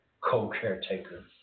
co-caretaker